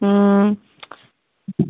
മ്